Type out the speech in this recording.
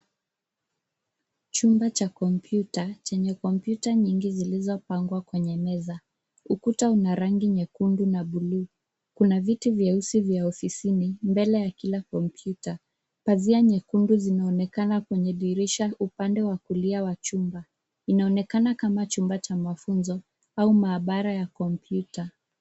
Chumba cha kompyuta chenye kompyuta nyingi zilizopangwa kwenye meza. Ukuta una rangi nyekundu na buluu. Kuna viti vyeusi vya ofisini mbele ya kila kompyuta. Pazia nyekundu zinaonekana kwenye dirisha upande wa kulia wa chumba. Inaonekana kama chumba cha mafunzo au mabaara ya kompyuta.